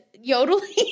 yodeling